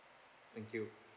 thank you